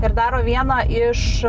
ir daro vieną iš